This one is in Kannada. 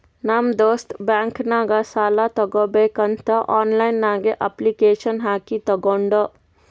ನಮ್ ದೋಸ್ತ್ ಬ್ಯಾಂಕ್ ನಾಗ್ ಸಾಲ ತಗೋಬೇಕಂತ್ ಆನ್ಲೈನ್ ನಾಗೆ ಅಪ್ಲಿಕೇಶನ್ ಹಾಕಿ ತಗೊಂಡ್